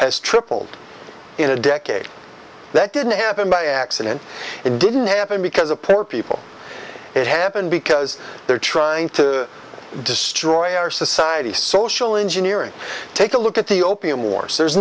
has tripled in a decade that didn't happen by accident it didn't happen because of poor people it happened because they're trying to destroy our society social engineering take a look at the opium wars there's